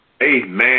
Amen